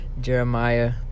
Jeremiah